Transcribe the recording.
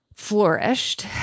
flourished